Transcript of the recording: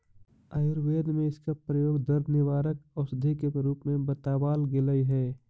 आयुर्वेद में इसका प्रयोग दर्द निवारक औषधि के रूप में बतावाल गेलई हे